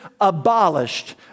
abolished